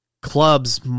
clubs